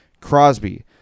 Crosby